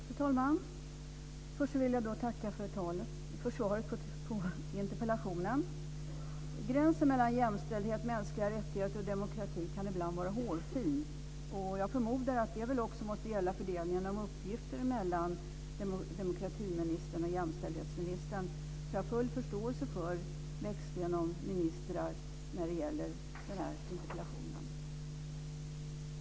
Fru talman! Först vill jag tacka för svaret på interpellationen. Gränsen mellan jämställdhet, mänskliga rättigheter och demokrati kan ibland vara hårfin. Jag förmodar att det också måste gälla fördelningen av uppgifter mellan demokratiministern och jämställdhetsministern, så jag har full förståelse för växlingen av minister när det gäller interpellationssvaret.